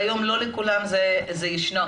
ולא אצל כולם זה ישנו.